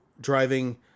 driving